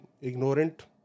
ignorant